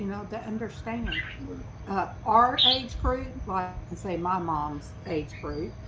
know, they understand our age group life and say my mom's aids-free